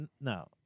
no